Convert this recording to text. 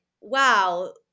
wow